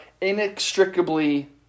inextricably